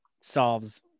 solves